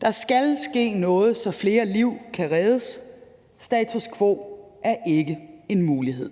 Der skal ske noget, så flere liv kan reddes. Status quo er ikke en mulighed.